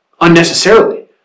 unnecessarily